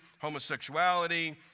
homosexuality